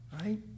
Right